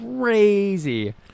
crazy